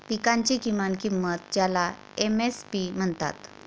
पिकांची किमान किंमत ज्याला एम.एस.पी म्हणतात